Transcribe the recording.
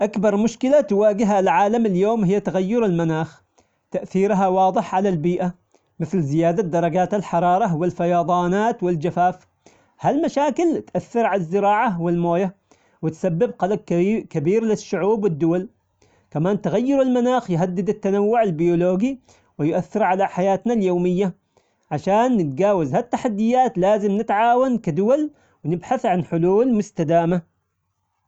أكبر مشكلة تواجه العالم اليوم هي تغير المناخ ، تأثيرها واضح على البيئة ، مثل زيادة درجات الحرارة والفيضانات والجفاف، هالمشاكل تؤثر على الزراعة والمايه وتسبب قلق كب- كبير للشعوب والدول، كمان تغير المناخ يهدد التنوع البيولوجي ويؤثر على حياتنا اليومية، عشان نتجاوز هالتحديات لازم نتعاون كدول ونبحث عن حلول مستدامة.